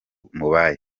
bayo